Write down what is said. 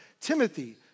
Timothy